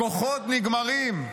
הכוחות נגמרים.